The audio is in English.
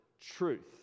truth